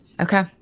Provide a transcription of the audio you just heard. okay